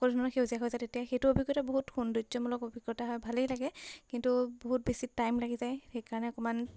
সকলো ধৰণৰ সেউজীয়া হৈ যায় তেতিয়া সেইটো অভিজ্ঞতা বহুত সৌন্দৰ্যমূলক অভিজ্ঞতা হয় ভালেই লাগে কিন্তু বহুত বেছি টাইম লাগি যায় সেইকাৰণে অকণমান